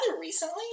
recently